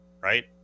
right